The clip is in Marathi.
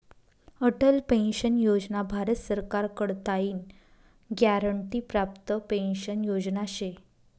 अटल पेंशन योजना भारत सरकार कडताईन ग्यारंटी प्राप्त पेंशन योजना शे